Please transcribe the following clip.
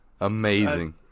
Amazing